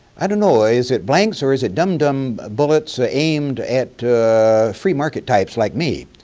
i don't know. is it blanks or is it dumb, dumb bullets ah aimed at free market types like me?